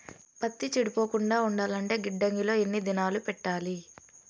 పత్తి చెడిపోకుండా ఉండాలంటే గిడ్డంగి లో ఎన్ని దినాలు పెట్టాలి?